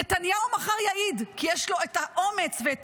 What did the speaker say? נתניהו מחר יעיד כי יש לו את האומץ ואת